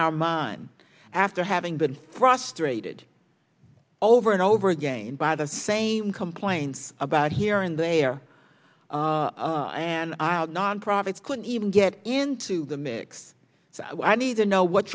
our mind after having been frustrated over and over again by the same complaints about here and there and nonprofits couldn't even get into the mix so i need to know what